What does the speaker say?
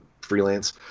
freelance